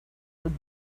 would